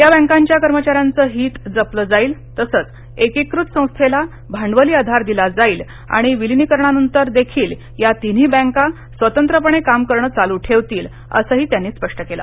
या बैंकांच्या कर्मचाऱ्यांचं हित जपलं जाईल तसंच एकीकृत संस्थेला भांडवली आधार दिला जाईल आणि विलिनीकरणानंतर देखील या तिन्ही बँका स्वतंत्रपणे काम करणं चालू ठेवतील असंही त्यांनी स्पष्ट केलं